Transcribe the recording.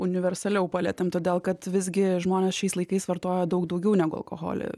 universaliau palietėm todėl kad visgi žmonės šiais laikais vartoja daug daugiau negu alkoholį